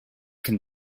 can